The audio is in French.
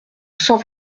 cent